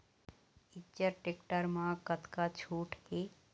Eicher tractor म कतका छूट हे?